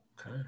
okay